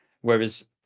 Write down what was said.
whereas